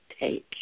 take